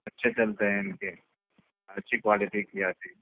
اچھے چلتے ہیں ان کے اچھی کوالٹی کی آتی ہے